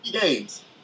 games